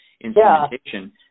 instrumentation